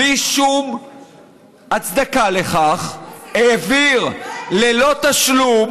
בלי שום הצדקה לכך, מוסי, זה, העביר ללא תשלום,